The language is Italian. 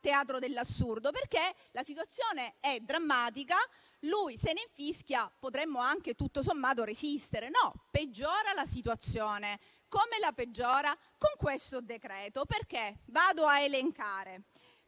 teatro dell'assurdo? La situazione è drammatica, lui se ne infischia e potremmo anche tutto sommato resistere. No, peggiora la situazione. Come la peggiora? Con questo decreto-legge - vado a elencare